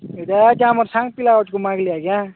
ଏଇଟା ଯେଉଁ ଆମର ସାଙ୍ଗ ପିଲାଠୁ ମାଗିଲି ଆଜ୍ଞା